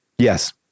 Yes